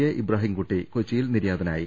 A Ibrahimkutty കൊച്ചിയിൽ നിര്യാതനാ യി